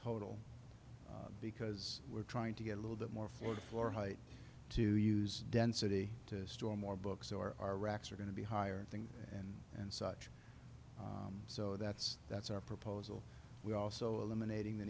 total because we're trying to get a little bit more fourth floor height to use density to store more books or our racks are going to be higher thing and and such so that's that's our proposal we also eliminating the